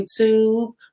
YouTube